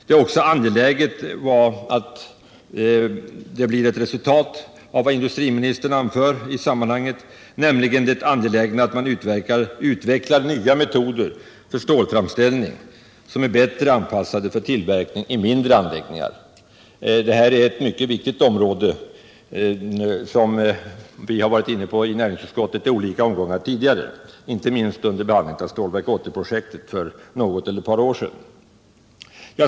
Det är också angeläget att man, som industriministern anför i sammanhanget, utvecklar nya metoder för stålframställning som är bättre anpassade för tillverkning i mindre anläggningar. Det här är ett mycket viktigt område som vi har varit inne på i näringsutskottet i olika omgångar tidigare, inte minst under behandlingen av Stålverk 80-projektet för något eller ett par år sedan.